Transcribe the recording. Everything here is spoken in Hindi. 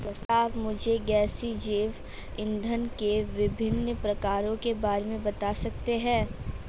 क्या आप मुझे गैसीय जैव इंधन के विभिन्न प्रकारों के बारे में बता सकते हैं?